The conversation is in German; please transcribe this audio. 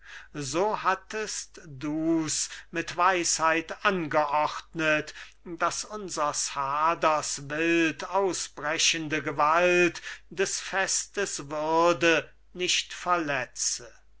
so hattest du's mit weisheit angeordnet daß unsers haders wild ausbrechende gewalt des festes würde nicht verletze